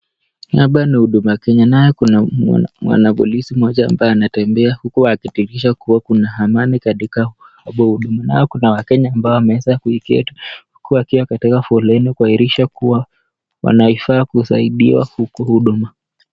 Hapa ni huduma Kenya. Naye kuna mwanapolisi mmoja ambaye anatembea uku akihakikisha kuwa kuna amani katika huduma, nao kuna wakenya ambao wameweza kuketi huku wakiwa katika foleni kuarisha kuwa wanafaa kusaidiwa huku huduma.